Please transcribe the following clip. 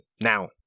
now